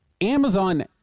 Amazon